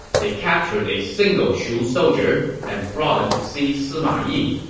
they captured a single shu soldier and brought him to see sima yi.